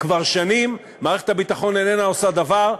כבר שנים, מערכת הביטחון איננה עושה דבר.